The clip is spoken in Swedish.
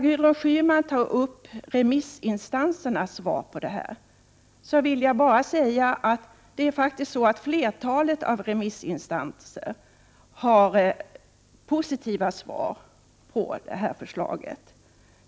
Gudrun Schyman frågade om remissinstansernas svar. Flertalet av remissinstanserna var faktiskt positivt inställda till förslaget.